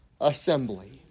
assembly